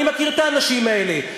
אני מכיר את האנשים האלה.